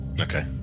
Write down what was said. Okay